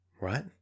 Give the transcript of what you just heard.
right